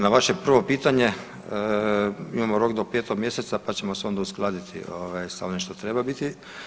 Na vaše prvo pitanje imamo rok do 5. mjeseca pa ćemo se onda uskladiti ovaj sa onim što treba biti.